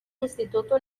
instituto